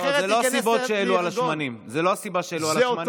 אחרת היא תיכנס, זו לא הסיבה שהעלו את השמנים.